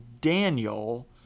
Daniel